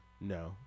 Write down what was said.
No